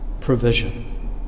provision